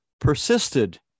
persisted